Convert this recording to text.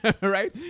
right